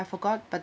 forgot but